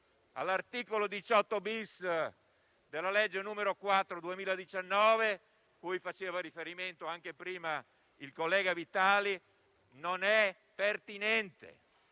all'articolo 18-*bis* della legge n. 4 del 2019, cui faceva riferimento anche prima il senatore Vitali, non è pertinente: